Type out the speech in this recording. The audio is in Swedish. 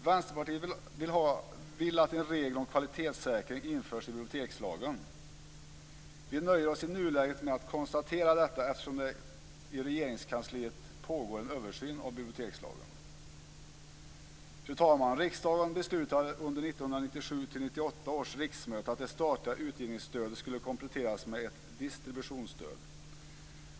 Vänsterpartiet vill att en regel om kvalitetssäkring införs i bibliotekslagen. Vi nöjer oss i nuläget med att konstatera detta eftersom det pågår en översyn av bibliotekslagen i Regeringskansliet. Fru talman! Riksdagen beslutade under 1997/98 års riksmöte att det statliga utgivningsstödet skulle kompletteras med ett distributionsstöd.